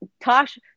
Tosh